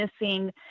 missing